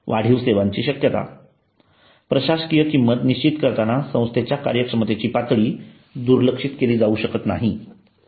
वाढीव सेवांची शक्यता प्रशासकीय किंमत निश्चित करताना संस्थेच्या कार्यक्षमतेची पातळी दुर्लक्षित केली जाऊ शकत नाही